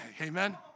Amen